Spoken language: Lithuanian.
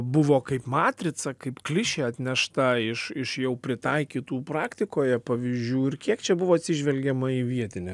buvo kaip matrica kaip klišė atnešta iš iš jau pritaikytų praktikoje pavyzdžių ir kiek čia buvo atsižvelgiama į vietinę